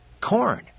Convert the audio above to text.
corn